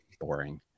boring